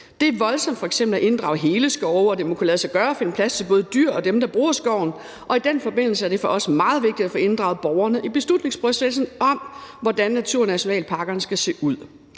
Det er voldsomt f.eks. at inddrage hele skove, og det må kunne lade sig gøre at finde plads til både dyr og dem, der bruger skoven, og i den forbindelse er det for os meget vigtigt at få inddraget borgerne i beslutningsprocessen om, hvordan naturnationalparkerne skal se ud.